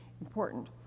important